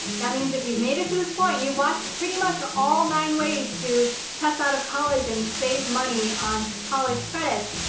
that means if you've made it to this point, you watched pretty much all nine ways to test out of college and save money on college credits!